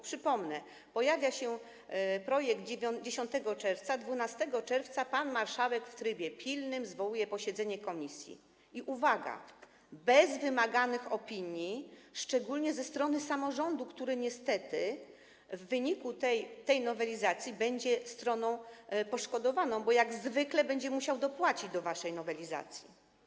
Przypomnę: pojawia się projekt 10 czerwca, 12 czerwca pan marszałek w trybie pilnym zwołuje posiedzenie komisji i, uwaga, bez wymaganych opinii, szczególnie ze strony samorządu, który niestety w wyniku tej nowelizacji będzie stroną poszkodowaną, bo jak zwykle będzie musiał dopłacić do waszej nowelizacji.